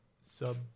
sub